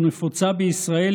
שנפוצה בישראל,